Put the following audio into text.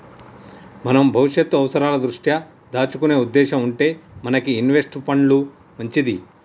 మనం భవిష్యత్తు అవసరాల దృష్ట్యా దాచుకునే ఉద్దేశం ఉంటే మనకి ఇన్వెస్ట్ పండ్లు మంచిది